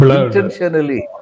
Intentionally